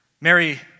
Mary